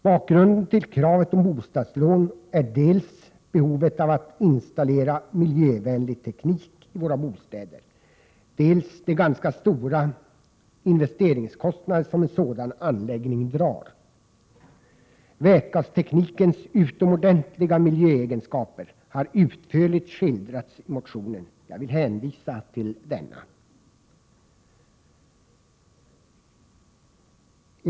Bakgrunden till kravet på bostadslån är dels behovet av att installera miljövänlig teknik i våra bostäder, dels de ganska stora investeringskostnader som en sådan anläggning drar. Vätgasteknikens utomordentliga miljöegenskaper har utförligt skildrats i motionen. Jag vill hänvisa till denna.